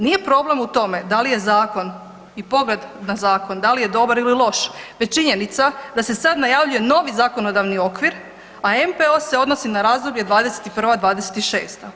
Nije problem u tome da li je zakon i pogled na zakon da li je dobar ili loš već činjenica da se sad najavljuje novi zakonodavni okvir, a NPOO se odnosi na razdoblje '21.-'26.